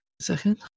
Second